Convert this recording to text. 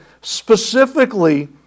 specifically